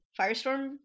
firestorm